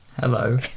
Hello